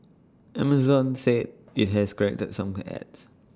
Amazon said IT has corrected some ads